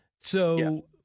So-